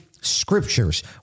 scriptures